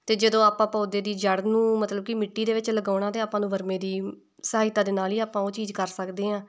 ਅਤੇ ਜਦੋਂ ਆਪਾਂ ਪੌਦੇ ਦੀ ਜੜ੍ਹ ਨੂੰ ਮਤਲਬ ਕਿ ਮਿੱਟੀ ਦੇ ਵਿੱਚ ਲਗਾਉਣਾ ਅਤੇ ਆਪਾਂ ਨੂੰ ਬਰਮੇ ਦੀ ਸਹਾਇਤਾ ਦੇ ਨਾਲ਼ ਹੀ ਆਪਾਂ ਉਹ ਚੀਜ਼ ਕਰ ਸਕਦੇ ਹਾਂ